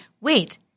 Wait